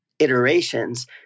iterations